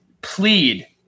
plead